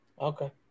Okay